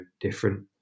different